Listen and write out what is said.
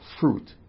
fruit